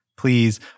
Please